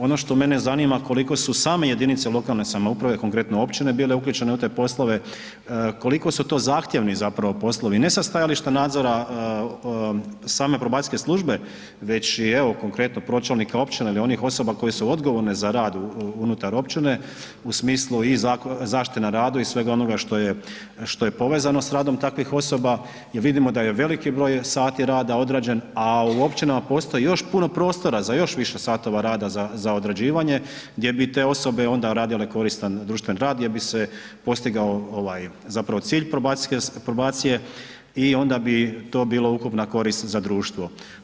Ono što mene zanima, koliko su same jedinice lokalne samouprave, konkretno općine bile uključene u te poslove, koliko su to zahtjevni zapravo ne sa stajališta nadzora same probacijske službe već i evo konkretno pronačelnika općine ili onih osoba koje su odgovorne za rad unutar općine u smislu i zaštite na radu i svega onoga što je povezano s radom takvih osoba jer vidimo da je veliki broj sati rada odrađen a u općinama postoji još puno prostora za još više satova rada za odrađivanje gdje bi te osobe onda radile koristan društven rad, gdje bi se postigao ovaj zapravo cilj probacije i onda bi to bilo ukupna korist za društvo.